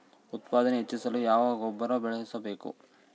ಉತ್ಪಾದನೆ ಹೆಚ್ಚಿಸಲು ಯಾವ ಗೊಬ್ಬರ ಬಳಸಬೇಕು?